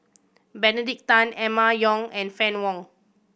Benedict Tan Emma Yong and Fann Wong